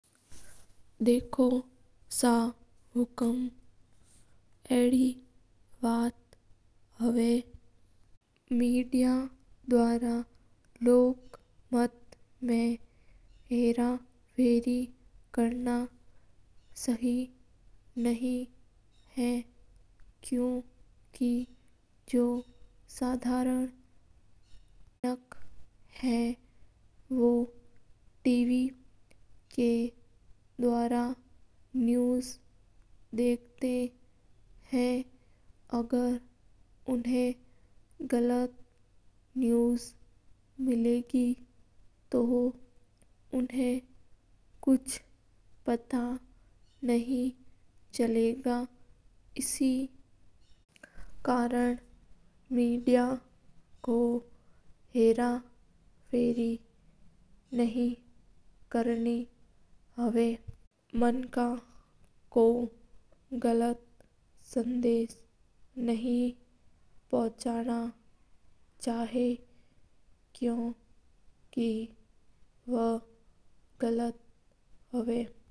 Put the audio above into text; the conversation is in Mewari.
देखो सा हुकूम अडी बात हवा के मीडया का देवर हेरे फरी कर ना शी नहीं क्यु के सदरन लोग हवा जाका टीवी माता और मीडया माता विस्तास कर या करा हा। अगर उन को गलत न्यूज़ मिल गी तो उन को कुछ पट नहीं चेला गा इस लेया मीडया को हेरे फरी नहीं कर ने चेया और मानका को गलत संदेश नहीं देना चेया।